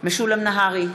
משולם נהרי,